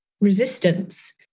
resistance